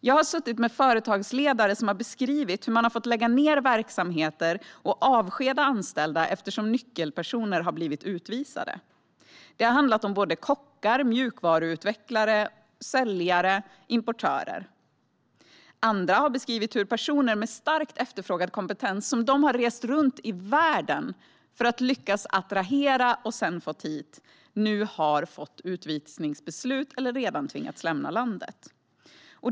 Jag har suttit med företagsledare som har beskrivit hur de har fått lägga ned verksamheter och avskeda anställda, eftersom nyckelpersoner har blivit utvisade. Det har handlat om kockar, mjukvaruutvecklare, säljare och importörer. Andra har beskrivit hur personer med starkt efterfrågad kompetens, som de har rest runt i världen för att hitta, lyckats attrahera och sedan fått hit, nu har fått utvisningsbeslut eller redan tvingats lämna landet.